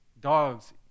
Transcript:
Dogs